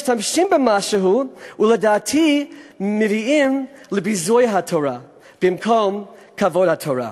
משתמשים במשהו ולדעתי מביאים לביזוי התורה במקום לכבוד התורה.